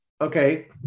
Okay